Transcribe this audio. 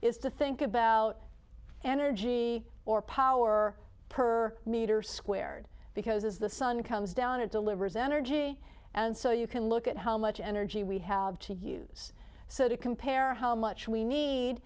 is to think about energy or power per meter squared because as the sun comes down it delivers energy and so you can look at how much energy we have to use so to compare how much we need